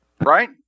right